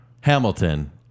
Hamilton